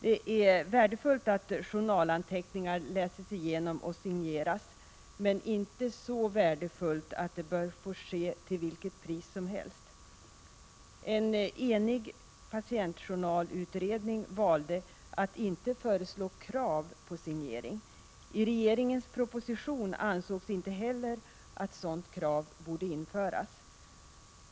Det är värdefullt att journalanteckningar läses igenom och signeras, men inte så värdefullt att detta bör få ske till vilket pris som helst. En enig patientjournalutredning valde att inte föreslå krav på signering. Av regeringens proposition framgår att inte heller regeringen anser att man skall fatta beslut om ett sådant krav.